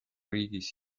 riigis